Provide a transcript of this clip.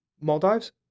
Maldives